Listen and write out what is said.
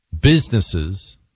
Businesses